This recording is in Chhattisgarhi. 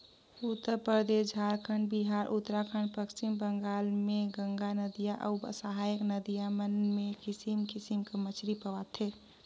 उत्तरपरदेस, झारखंड, बिहार, उत्तराखंड, पच्छिम बंगाल में गंगा नदिया अउ सहाएक नदी मन में किसिम किसिम कर मछरी पवाथे